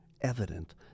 evident